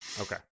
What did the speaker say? Okay